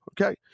Okay